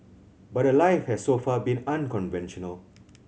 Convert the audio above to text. but her life has so far been unconventional